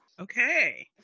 Okay